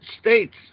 States